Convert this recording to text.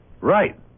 Right